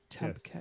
yes